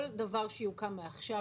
אדוני היושב-ראש,